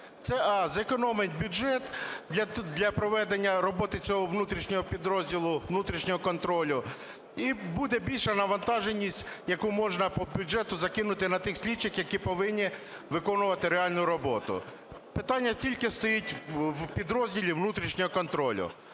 Це зекономить бюджет для проведення роботи цього внутрішнього підрозділу внутрішнього контролю і буде більша навантаженість, яку можна по бюджету закинути на тих слідчих, які повинні виконувати реальну роботу. Питання тільки стоїть у підрозділі внутрішнього контролю.